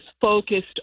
focused